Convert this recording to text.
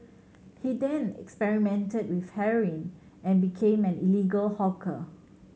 he then experimented with heroin and became an illegal hawker